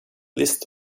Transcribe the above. list